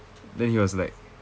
the he was like